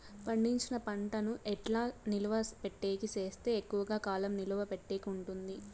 పండించిన పంట ను ఎట్లా నిలువ పెట్టేకి సేస్తే ఎక్కువగా కాలం నిలువ పెట్టేకి ఉంటుంది?